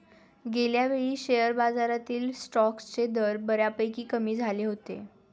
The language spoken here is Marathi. गेल्यावेळी शेअर बाजारातील स्टॉक्सचे दर बऱ्यापैकी कमी झाले होते